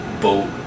boat